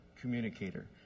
communicator